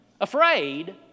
Afraid